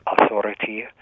authority